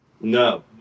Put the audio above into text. No